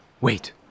Wait